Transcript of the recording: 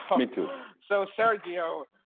me too so sergio,